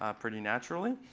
ah pretty naturally.